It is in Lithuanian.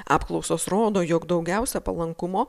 apklausos rodo jog daugiausia palankumo